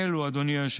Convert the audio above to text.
העליון,